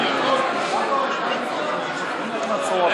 בן צור,